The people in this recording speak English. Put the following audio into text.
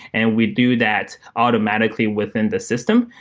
and we do that automatically within the system.